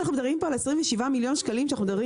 ה-27 מיליון שקלים עליהם אנחנו מדברים